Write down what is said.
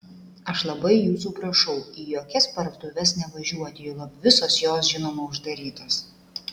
aš labai jūsų prašau į jokias parduotuves nevažiuoti juolab visos jos žinoma uždarytos